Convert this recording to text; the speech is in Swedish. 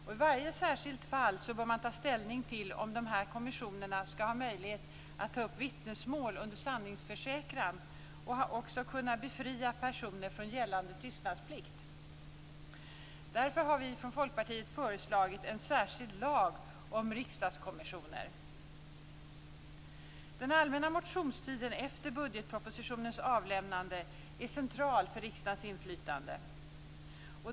I varje särskilt fall bör man ta ställning till om de här kommissionerna skall ha möjlighet att ta upp vittnesmål under sanningsförsäkran och också kunna befria personer från gällande tystnadsplikter. Därför har vi i Folkpartiet föreslagit en särskild lag om riksdagskommissioner. Den allmänna motionstiden efter budgetpropositionens avlämnande är central för riksdagens inflytande.